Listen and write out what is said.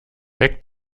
weg